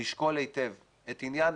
לשקול היטב את עניין